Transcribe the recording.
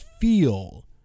feel